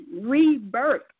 rebirth